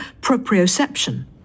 proprioception